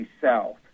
South